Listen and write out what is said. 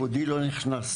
יהודי לא נכנס,